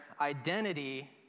identity